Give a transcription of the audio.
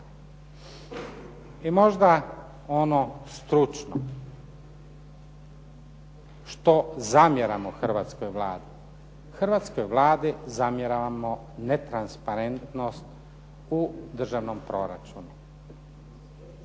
I možda ono stručno što zamjeramo hrvatskoj Vladi. Hrvatskoj Vladi zamjeramo netransparentnost u državnom proračunu.